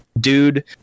dude